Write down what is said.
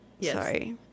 sorry –